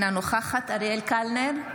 אינה נוכחת אריאל קלנר,